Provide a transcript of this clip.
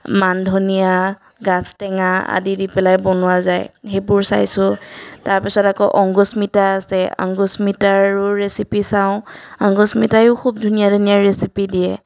মানধনিয়া গাজটেঙা আদি দি পেলাই বনোৱা যায় সেইবোৰ চাইছোঁ তাৰপিছত আকৌ অঙ্গোষ্মিতা আছে অঙ্গোষ্মিতাৰো ৰেচিপি চাওঁ আঙ্গোষ্মিতায়ো খুব ধুনীয়া ধুনীয়া ৰেচিপি দিয়ে